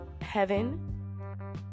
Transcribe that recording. heaven